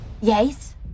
Yes